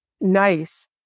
nice